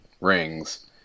rings